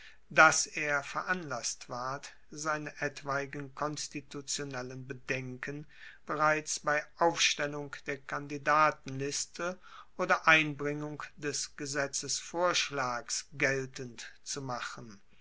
dass er veranlasst ward seine etwaigen konstitutionellen bedenken bereits bei aufstellung der kandidatenliste oder einbringung des gesetzvorschlags geltend zu machen